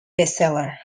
bestseller